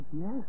Yes